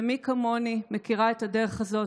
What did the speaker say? ומי כמוני מכירה את הדרך הזאת,